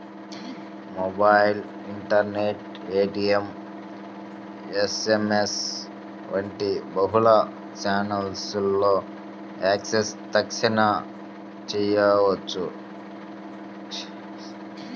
mobile, internet, ATM, SMS వంటి బహుళ ఛానెల్లలో యాక్సెస్ తక్షణ చేయవచ్చు